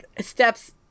steps